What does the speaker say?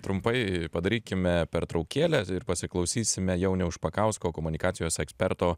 trumpai padarykime pertraukėlę ir pasiklausysime jauniaus špakausko komunikacijos eksperto